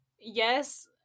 yes